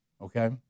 Okay